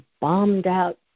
bombed-out